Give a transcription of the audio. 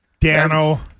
Dano